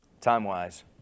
Time-wise